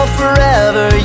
forever